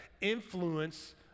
influence